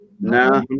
No